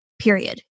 period